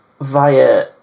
via